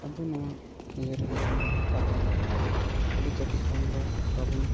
ᱟᱵᱚ ᱱᱚᱣᱟ ᱤᱭᱟᱹ ᱨᱮᱦᱚᱸ ᱡᱮᱢᱚᱱ ᱱᱚᱝᱠᱟ ᱦᱩᱭᱩᱜ ᱢᱟ ᱟᱨ ᱟᱹᱰᱤ ᱠᱟᱹᱴᱤᱡ ᱠᱷᱚᱱ ᱫᱚ ᱵᱟᱵᱚᱱ